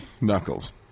Knuckles